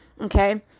Okay